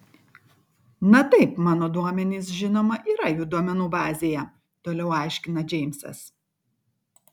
na taip mano duomenys žinoma yra jų duomenų bazėje toliau aiškina džeimsas